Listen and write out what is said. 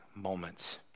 moments